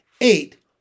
Eight